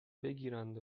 بگیرند